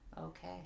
Okay